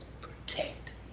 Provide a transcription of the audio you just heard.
protect